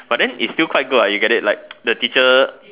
but then it's still quite good ah you get it like the teacher